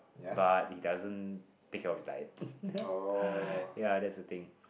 but he doesn't take care of his diet ya that's the thing